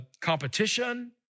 competition